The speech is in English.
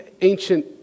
ancient